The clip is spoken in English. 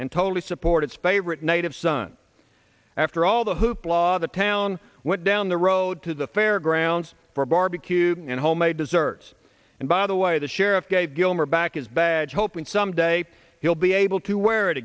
and totally support its favorite native son after all the hoopla the town went down the road to the fairgrounds for a barbecue and homemade desserts and by the way the sheriff gave gilmer back his bags hoping someday he'll be able to wear it